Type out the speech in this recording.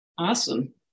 Awesome